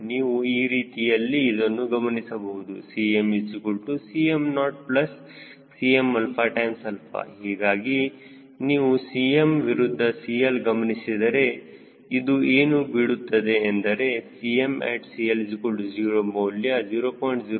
ನೀವು ಈ ರೀತಿಯಲ್ಲಿ ಇದನ್ನು ಗಮನಿಸಬಹುದು 𝐶m 𝐶mO 𝐶mα𝛼 ಹೀಗಾಗಿ ನೀವು Cm ವಿರುದ್ಧ CL ಗಮನಿಸಿದರೆ ಇದು ಏನು ಬಿಡುತ್ತದೆ ಎಂದರೆ Cmat CL0 ಮೌಲ್ಯ 0